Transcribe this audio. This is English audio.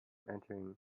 entering